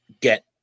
get